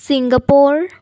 Singapore